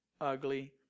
ugly